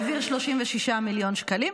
העביר 36 מיליון שקלים.